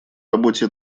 работе